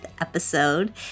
episode